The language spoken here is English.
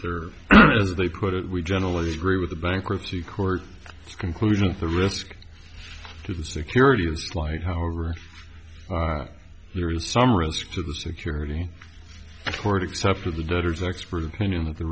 third as they put it we generally agree with the bankruptcy court conclusion the risk to the security of the slight however there is some risk to the security toward except for the voters expert opinion that the